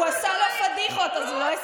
רות מרגלית.